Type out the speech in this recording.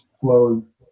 flows